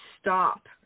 stop